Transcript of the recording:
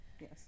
Yes